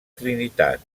trinitat